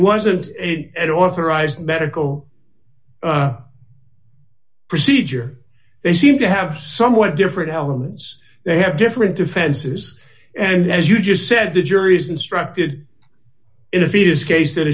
wasn't at authorized medical procedure they seem to have somewhat different elements they have different defenses and as you just said the jury's instructed in a fetus case that